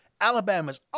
Alabama's